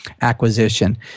acquisition